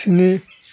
स्नि